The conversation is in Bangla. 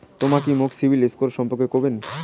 তমা কি মোক সিবিল স্কোর সম্পর্কে কবেন?